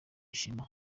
ishema